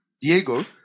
Diego